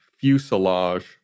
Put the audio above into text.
fuselage